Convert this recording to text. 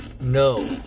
No